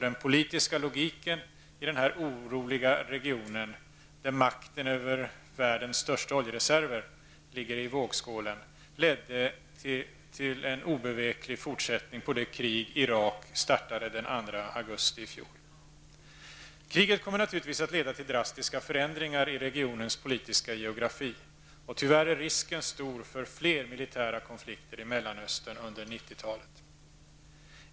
Den politiska logiken i denna oroliga region, där makten över världens största oljereserver ligger i vågskålen, ledde till en obeveklig fortsättning på det krig Irak inledde den 2 augusti i fjol. Kriget kommer naturligtvis att leda till drastiska förändringar i regionens politiska geografi och tyvärr är risken stor för fler militära konflikter i Mellanöstern under 90-talet.